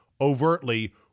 overtly